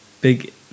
big